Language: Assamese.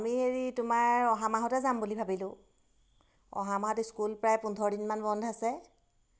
আমি হেৰি তোমাৰ অহা মাহতে যাম বুলি ভাবিলোঁ অহা মাহত স্কুল প্ৰায় পোন্ধৰ দিনমান বন্ধ আছে